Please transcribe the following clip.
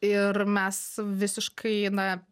ir mes visiškai na